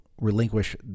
relinquish